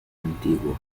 antiguo